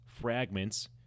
Fragments